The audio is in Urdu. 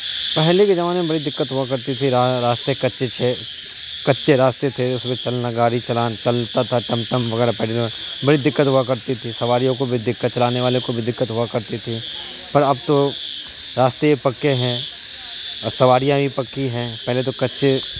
پہلے کے زمانے میں بڑی دقت ہوا کرتی تھی راستے کچے کچے راستے تھے اس پہ چلنا گاڑی چلتا تھا ٹم ٹم وغیرہ پہلے زمانے میں بڑی دقت ہوا کرتی تھی سواریوں کو بھی دقت چلانے والے کو بھی دکت ہوا کرتی تھی پر اب تو راستے پکے ہیں اور سواریاں بھی پکی ہیں پہلے تو کچے